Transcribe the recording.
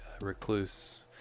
recluse